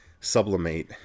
sublimate